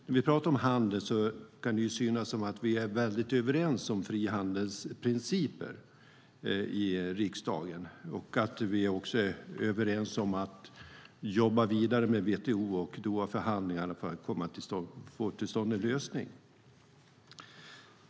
När vi pratar om handel kan det verka som att vi är väldigt överens om frihandelns principer i riksdagen och att vi också är överens om att jobba vidare med WTO och Dohaförhandlingarna för att få till stånd en lösning.